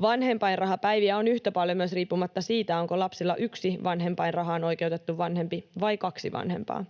Vanhempainrahapäiviä on yhtä paljon myös riippumatta siitä, onko lapsella yksi vanhempainrahaan oikeutettu vanhempi vai kaksi vanhempaa.